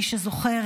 מי שזוכר,